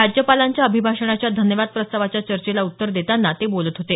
राज्यपालांच्या अभिभाषणाच्या धन्यवाद प्रस्तावाच्या चर्चेला उत्तर देताना ते काल बोलत होते